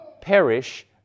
perish